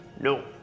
No